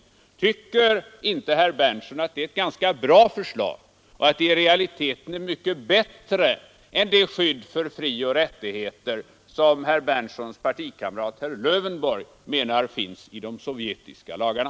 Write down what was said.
Tycker inte herr Berndtson att det är ett ganska bra förslag och att det i realiteten är mycket bättre än det skydd för frioch rättigheter som herr Berndtsons partikamrat herr Lövenborg menar finns i de sovjetiska lagarna?